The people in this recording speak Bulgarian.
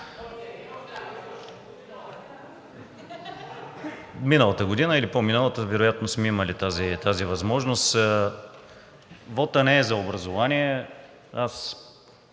Миналата година или по-миналата вероятно сме имали тази възможност. Вотът не е за образование. Аз